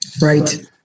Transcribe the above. Right